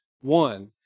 one